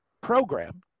program